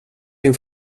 din